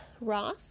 Ross